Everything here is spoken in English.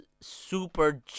super